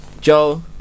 Joe